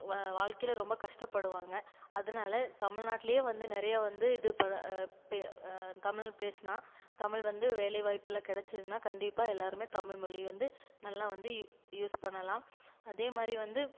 வ வாழ்க்கையில் ரொம்ப கஷ்டப்படுவாங்க அதனால தமிழ்நாட்டுலேயே வந்து நிறையா வந்து இது ப பே தமிழ்பேசுனா தமிழ் வந்து வேலை வாய்ப்பு இல்லை கிடைச்சிதுன்னா கண்டிப்பாக எல்லாருமே தமிழ்மொழி வந்து நல்லா வந்து யூஸ் பண்ணலாம் அதேமாதிரி வந்து